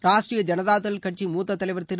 ராஷ்டிரிய ஜனதாதள் கட்சி மூத்த தலைவர் திரு